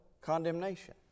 condemnation